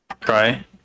try